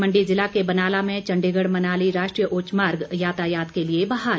मण्डी जिला के बनाला में चंडीगढ़ मनाली राष्ट्रीय उच्च मार्ग यातायात के लिए बहाल